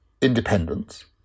independence